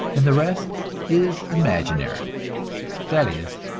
and the rest is imaginary that is,